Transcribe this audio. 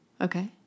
Okay